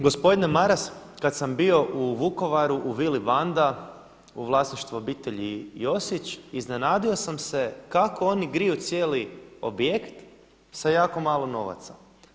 Gospodine Maras, kada sam bio u Vukovaru u vili Vanda u vlasništvu obitelji Josić iznenadio sam se kako oni griju cijeli objekt sa jako malo novaca.